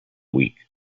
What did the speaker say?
week